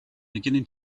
beginning